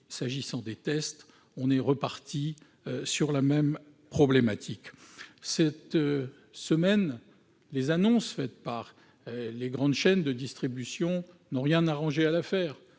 S'agissant des tests, la problématique est la même. Cette semaine, les annonces faites par les grandes chaînes de distribution n'ont rien arrangé à l'affaire.